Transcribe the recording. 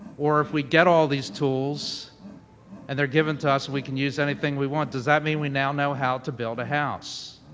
or if we get all these tools and they're given to us, we can use anything we want, does that mean we now know how to build a house?